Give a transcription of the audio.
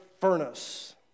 furnace